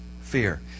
fear